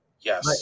Yes